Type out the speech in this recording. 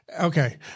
Okay